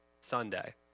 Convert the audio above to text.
Sunday